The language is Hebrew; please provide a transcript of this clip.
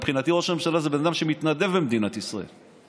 מבחינתי ראש הממשלה הוא בן אדם שמתנדב במדינת ישראל.